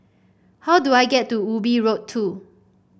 how do I get to Ubi Road Two